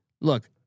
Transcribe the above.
look